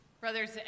Brothers